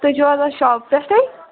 تُہۍ چھُ حظ آز شاپ پٮ۪ٹھٕے